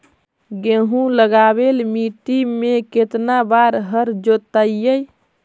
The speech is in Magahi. गेहूं लगावेल मट्टी में केतना बार हर जोतिइयै?